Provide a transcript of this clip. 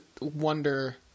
wonder